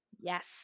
yes